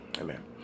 Amen